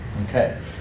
Okay